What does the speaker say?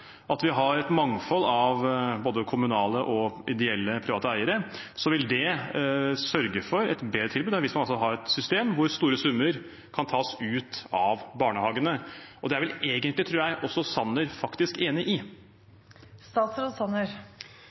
at vi har et mangfold av både kommunale og ideelle, private eiere, så vil det sørge for et bedre tilbud enn hvis man har et system hvor store summer kan tas ut av barnehagene. Det er vel egentlig, tror jeg, også statsråd Sanner faktisk enig